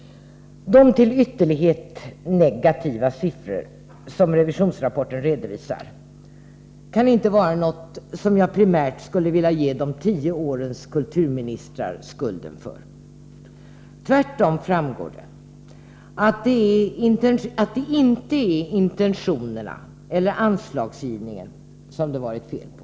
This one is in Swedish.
De till ytterlighet negativa siffror som revisionsrapporten redovisar kan inte vara något som jag primärt skulle vilja ge de tio årens kulturministrar skulden för. Tvärtom framgår det att det inte är intentionerna eller anslagsgivningen som det varit fel på.